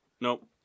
Nope